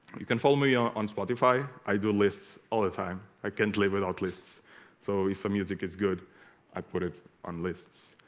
you can follow me on on spotify i do lists all the time i can't live without lists so if the music is good i put it on lists